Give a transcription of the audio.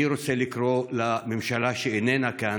אני רוצה לקרוא לממשלה, שאיננה כאן,